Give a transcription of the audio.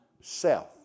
self